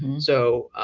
so,